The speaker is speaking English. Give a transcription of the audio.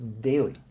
daily